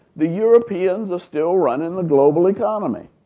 the europeans are still running the global economy.